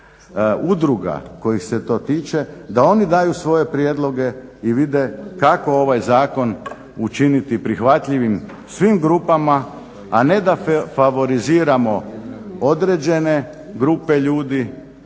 udruga kojih se to tiče da oni daju svoje prijedloge i vide kako ovaj zakon učiniti prihvatljivim svim grupama, a ne da favoriziramo određene grupe ljudi,